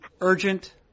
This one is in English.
urgent